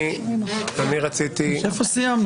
לא לא, איפה סיימנו?